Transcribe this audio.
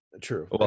True